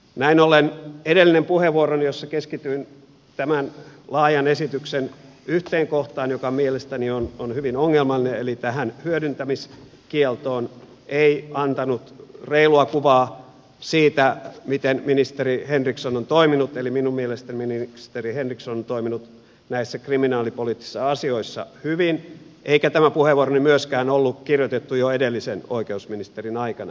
näin ollen edellinen puheenvuoroni jossa keskityin tämän laajan esityksen yhteen kohtaan joka mielestäni on hyvin ongelmallinen eli tähän hyödyntämiskieltoon ei antanut reilua kuvaa siitä miten ministeri henriksson on toiminut eli minun mielestäni ministeri henriksson on toiminut näissä kriminaalipoliittisissa asioissa hyvin eikä tämä puheenvuoroni myöskään ollut kirjoitettu jo edellisen oikeusministerin aikana